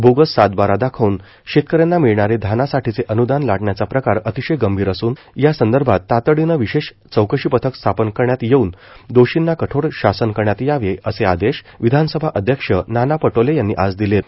bogus सात बारा दाखवून शेतकऱ्यांना मिळणारे धानासाठीचे अनुदान लाटण्याचा प्रकार अतिशय गंभीर असून यासंदर्भात तातडीने विशेष चौकशी पथक स्थापन करण्यात येऊन दोषींना कठोर शासन करण्यात यावे असे आदेश विधानसभा अध्यक्ष नाना पटोले यांनी आज दिलेत